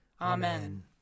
Amen